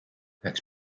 üheks